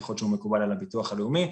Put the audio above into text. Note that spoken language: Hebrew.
ככל שהוא מקובל על הביטוח הלאומי.